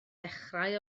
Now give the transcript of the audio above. dechrau